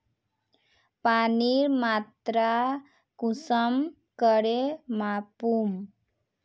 पानीर मात्रा कुंसम करे मापुम?